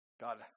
God